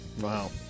Wow